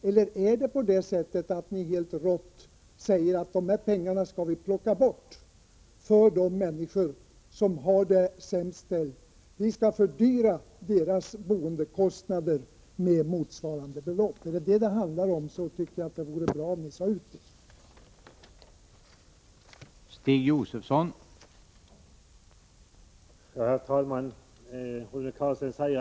Eller säger ni helt rått att dessa pengar skall plockas bort för de människor som har det sämst ställt och att man skall öka deras boendekostnader med motsvarande belopp? Är det detta det handlar om, tycker jag det vore bra om ni sade det klart.